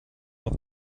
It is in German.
noch